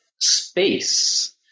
space